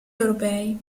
europei